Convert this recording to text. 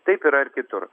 taip yra ir kitur